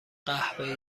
قهوه